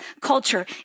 culture